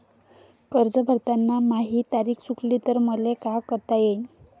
कर्ज भरताना माही तारीख चुकली तर मले का करता येईन?